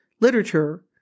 literature